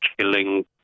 killing